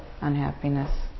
unhappiness